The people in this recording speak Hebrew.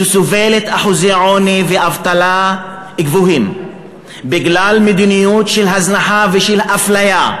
שסובלת מאחוזי עוני ואבטלה גבוהים בגלל מדיניות של הזנחה ושל אפליה.